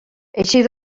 eixir